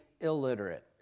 illiterate